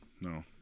No